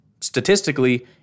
statistically